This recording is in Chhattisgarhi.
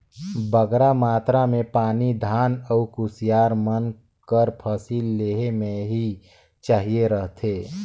बगरा मातरा में पानी धान अउ कुसियार मन कर फसिल लेहे में ही चाहिए रहथे